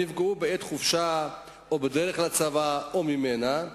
נפגעו בעת חופשה או בדרך לצבא או ממנו,